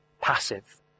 Passive